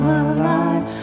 alive